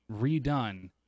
redone